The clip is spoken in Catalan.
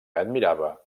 admirava